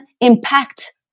impact